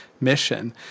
mission